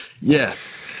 Yes